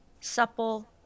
supple